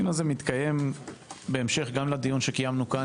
הדיון הזה מתקיים בהמשך גם לדיון שקיימנו כאן